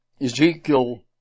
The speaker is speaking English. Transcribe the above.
Ezekiel